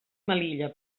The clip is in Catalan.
melilla